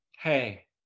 hey